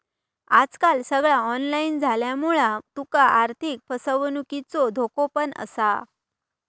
आजकाल सगळा ऑनलाईन झाल्यामुळा तुका आर्थिक फसवणुकीचो धोको पण असा